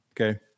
Okay